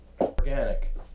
organic